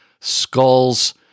skulls